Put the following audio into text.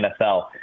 NFL